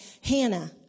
Hannah